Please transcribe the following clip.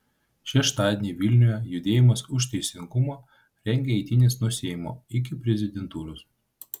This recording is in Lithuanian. šeštadienį vilniuje judėjimas už teisingumą rengia eitynes nuo seimo iki prezidentūros